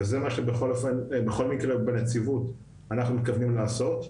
וזה מה שבכל מקרה בנציבות אנחנו מתכוונים לעשות.